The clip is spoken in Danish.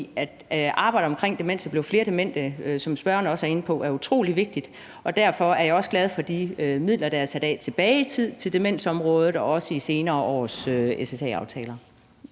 at arbejdet omkring demens – og der bliver jo flere demente, som spørgeren også er inde på – er utrolig vigtigt, og derfor er jeg også glad for de midler, der er sat af til demensområdet tilbage i tiden og også i senere års ssa-aftaler.